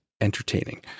entertaining